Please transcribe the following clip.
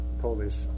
Polish